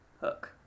hook